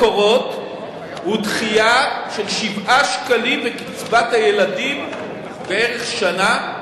ואחד המקורות הוא דחייה של 7 שקלים בקצבת הילדים בערך שנה,